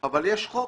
אבל יש חוק.